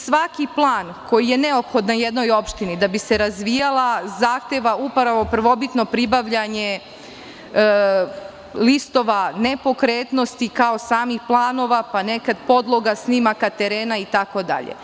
Svaki plan koji je neophodan jednoj opštini da bi se razvijala zahteva upravo prvobitno pribavljanje listova nepokretnosti, kao i samih planova, pa nekada podloga, snimaka terena itd.